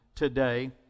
today